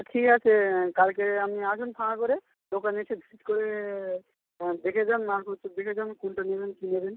ঠিক আছে কালকে আপনি আসুন ফাঁকা করে দোকানে এসে ঠিক করে দেখে যান মালপত্র দেখে যান কোনটা নেবেন কী নেবেন